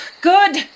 Good